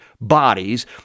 bodies